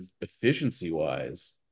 efficiency-wise